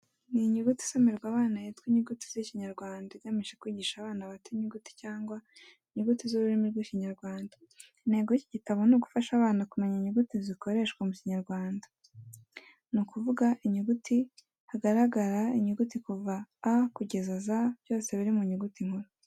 Ni inkuru isomerwa abana yitwa inyuguti z’ikinyarwanda igamije kwigisha abana bato inyuguti cyangwa inyugutu z’ururimi rw’Ikinyarwanda. Intego y'iki gitabo ni ugufasha abana kumenya inyuguti zikoreshwa mu Kinyarwanda ni ukuvuga inyuguti. Hagaragaara inyuguti kuva A kugeza Z byose biri mu nyuguti nkuru.